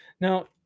Now